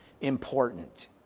important